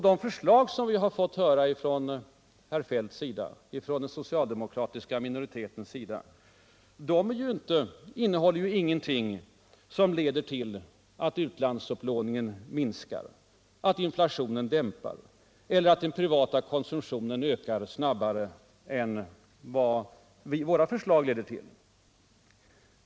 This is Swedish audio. De förslag som har framförts av Kjell-Olof Feldt och av den socialdemokratiska minoriteten innehåller ingenting som leder till att utlandsupplåningen minskar, inflationen dämpas och den privata konsumtionen ökar snabbare än vad våra förslag skulle medföra.